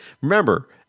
Remember